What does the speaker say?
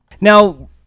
Now